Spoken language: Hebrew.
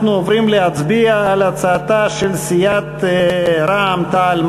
אנחנו עוברים להצביע על הצעתה של סיעת רע"ם-תע"ל-מד"ע,